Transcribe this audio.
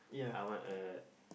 I want a